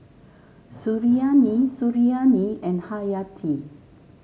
Suriani Suriani and Hayati